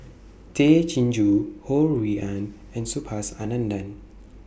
Tay Chin Joo Ho Rui An and Subhas Anandan